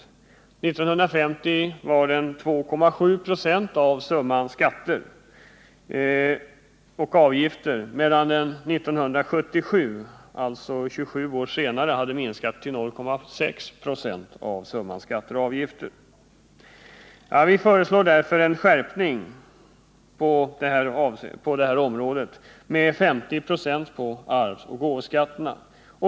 1950 var den 2,7 26 av summan skatter och avgifter, medan den 1977 — 27 år senare — hade minskat till 0,6 96 av summan skatter och avgifter. Därför föreslår vpk en skärpning med 50 96 på arvsoch gåvoskatterna.